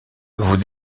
vous